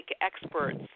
experts